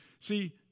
See